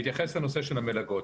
בהתייחס לנושא המלגות,